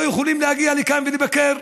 והם לא יכולים להגיע לכאן ולבקר,